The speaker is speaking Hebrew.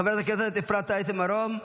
חברת הכנסת אפרת רייטן מרום,